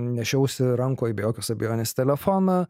nešiausi rankoj be jokios abejonės telefoną